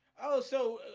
oh, so,